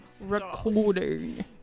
recording